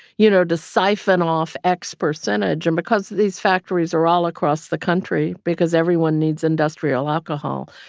you know, to siphon off x percentage. and because these factories are all across the country because everyone needs industrial alcohol,